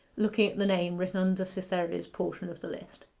looking at the name written under cytherea's portion of the list.